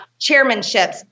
chairmanships